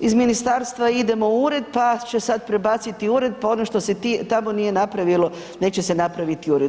iz ministarstva idemo u ured pa će sada prebaciti ured, pa ono što se tamo nije napravilo neće se napraviti ured.